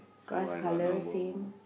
grass colour same